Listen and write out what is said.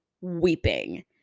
weeping